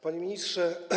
Panie Ministrze!